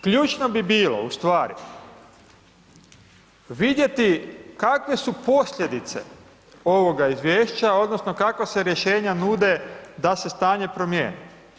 Ključno bi bilo, ustvari, vidjeti kakve su posljedice ovoga izvješća, odnosno kakva se rješenja nude da se stanje promijeni?